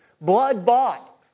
blood-bought